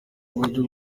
uburyo